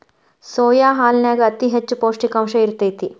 soya ಹಾಲನ್ಯಾಗ ಅತಿ ಹೆಚ್ಚ ಪೌಷ್ಟಿಕಾಂಶ ಇರ್ತೇತಿ